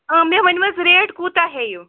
مےٚ ؤنِو حظ ریٹ کوٗتاہ ہیٚیِو